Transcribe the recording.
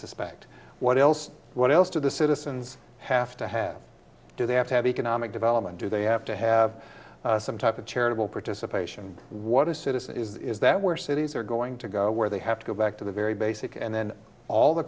suspect what else what else to the citizens have to have do they have to have economic development do they have to have some type of charitable participation what is it is is that where cities are going to go where they have to go back to the very basic and then all the